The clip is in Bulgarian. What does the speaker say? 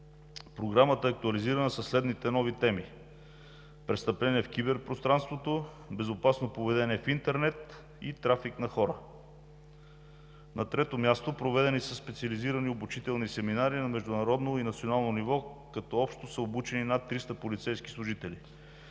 Програмата е актуализирана със следните нови теми: - престъпление в киберпространството; - безопасно поведение в интернет; и - трафик на хора. На трето място, проведени са специализирани обучителни семинари на международно и национално ниво, като общо са обучени над 300 полицейски служители.